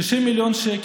העשרים-ושלוש